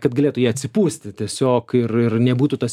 kad galėtų jie atsipūsti tiesiog ir ir nebūtų tas